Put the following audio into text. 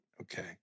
Okay